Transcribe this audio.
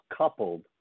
coupled